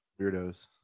weirdos